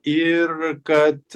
ir kad